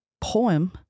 poem